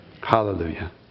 Hallelujah